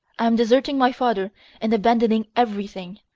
i am deserting my father and abandoning everything.